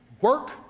work